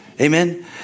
Amen